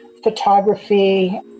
Photography